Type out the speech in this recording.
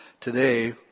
today